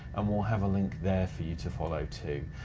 and we'll have a link there for you to follow too.